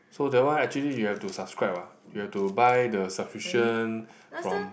so that one actually you have to subscribe ah you have to buy the subscription from